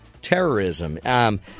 terrorism